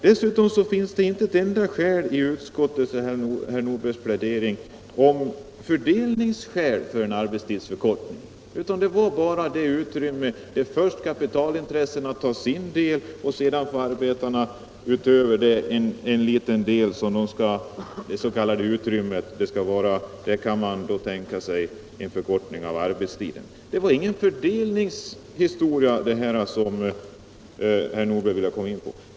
Dessutom finns det i utskottets och herr Nordbergs plädering ingenting om fördelningsskäl för en arbetstidsförkortning. Det var bara fråga om det utrymme där först kapitalintressena tar sin del. Sedan får arbetarna en liten del av det s.k. utrymmet, och man kan då tänka sig en förkortning av arbetstiden. Herr Nordberg ville inte komma in på någon fördelningshistoria.